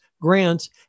grants